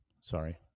sorry